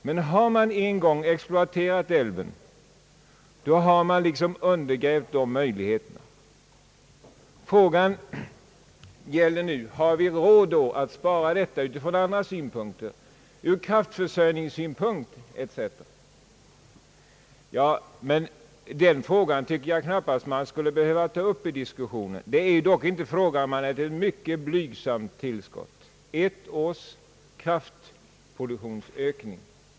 Men har man en gång exploaterat älven, så har man undergrävt dessa möjligheter. Har vi då råd att spara älven ur andra synpunkter, t.ex. kraftförsörjningssynpunkt? Den frågan tycker jag knappast man skulle behöva ta upp i diskussionen. Det gäller inte mer än ett mycket blygsamt tillskott — ett års kraftproduktionsökning.